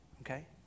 okay